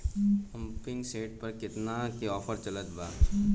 Pumping set पर केतना के ऑफर चलत बा?